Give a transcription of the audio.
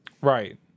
Right